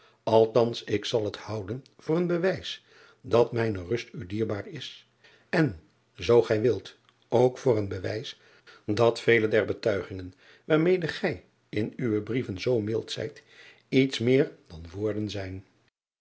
lthans ik zal het houden voor een bewijs dat mijne rust u dierbaar is en zoo gij wilt ook voor een bewijs dat vele der betuigingen waarmede gij in uwe brieven zoo mild zijt iets meer dan woorden zijn